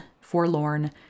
forlorn